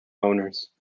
owners